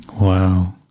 wow